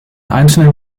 einzelnen